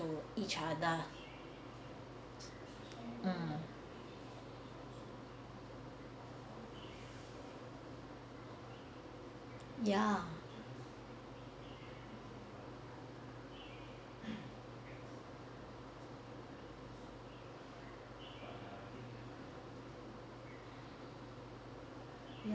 to each other mm ya